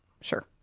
sure